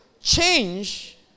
change